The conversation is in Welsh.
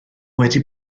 wedi